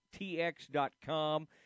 Tx.com